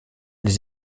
les